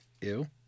Ew